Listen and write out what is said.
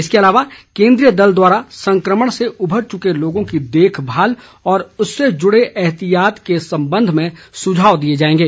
इसके अलावा केन्द्रीय दल द्वारा संक्रमण से उभर चुके लोगों की देखभाल और उससे जुड़े एहतियात के संबंध में सुझाव दिए जाएंगे